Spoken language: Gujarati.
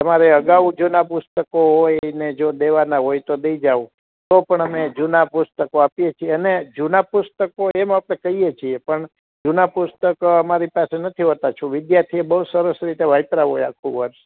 તમારે અગાઉ જૂના પુસ્તકો હોયને જે ને દેવાના હોય તો દઈ જાવ તો પણ અમે જૂના પુસ્તકો આપીએ છીએ અને જૂના પુસ્તકો એમાં આપણ આપડે લઈએ છીએ પણ જૂન પુસ્તક અમારી પાસે નથી હોતા તો વિધ્યાર્થીએ બઉ સરસ રીતે વાંચ્યા હોય આખુ વર્ષ